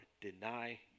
deny